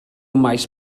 maes